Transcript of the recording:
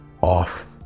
off